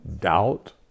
doubt